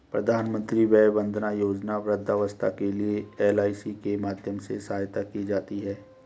प्रधानमंत्री वय वंदना योजना वृद्धावस्था के लिए है, एल.आई.सी के माध्यम से सहायता की जाती है